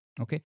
Okay